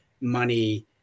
money